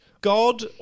God